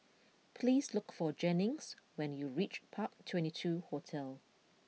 please look for Jennings when you reach Park Twenty Two Hotel